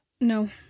No